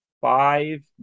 Five